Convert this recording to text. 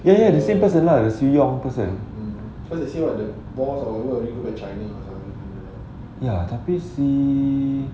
ya ya the same person the soon yong person ya tapi si